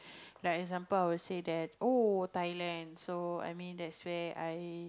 like example I would say that oh Thailand so I mean that's where I